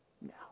No